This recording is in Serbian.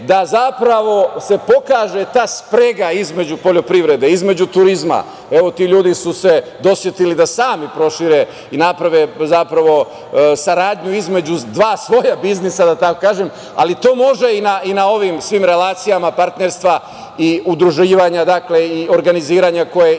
da zapravo se pokaže ta sprega između poljoprivrede, između turizma, evo, ti ljudi su se dosetili da sami prošire i naprave zapravo saradnju između dva sloja biznisa, da tako kažem, ali to može i na ovim svim relacijama partnerstva i udruživanja i organizovanja koje, između